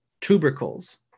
tubercles